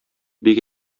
бик